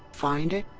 find it,